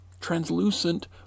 translucent